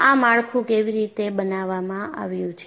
આ માળખું કેવી રીતે બનાવવામાં આવ્યું છે